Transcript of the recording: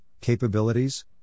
capabilities